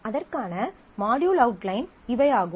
அதற்கான module outline இவை ஆகும்